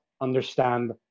understand